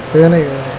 any